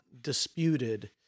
disputed